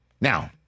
Now